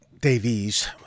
Davies